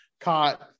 caught